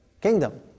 kingdom